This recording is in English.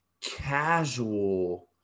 casual